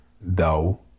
thou